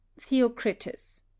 Theocritus